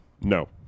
No